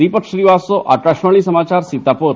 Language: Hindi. दीपक श्रीवास्तव आकाशवाणी समाचार सीतापुर